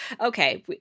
Okay